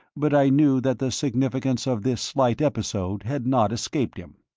but i knew that the significance of this slight episode had not escaped him.